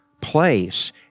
place